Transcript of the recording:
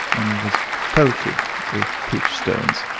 and was pelted with peach-stones.